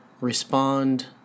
respond